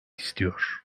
istiyor